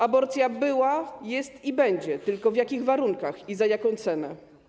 Aborcja była, jest i będzie, tylko w jakich warunkach i za jaką cenę?